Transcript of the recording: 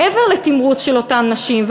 מעבר לתמרוץ של אותן נשים,